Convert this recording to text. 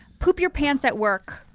poop your pants at work.